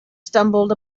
stumbled